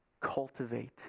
cultivate